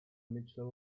mitchell